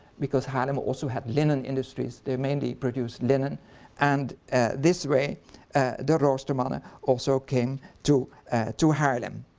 because haarlem also had linen industries, they mainly produced linen and this way the roostermans also came to to haarlem.